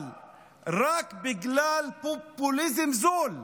אבל רק בגלל פופוליזם זול,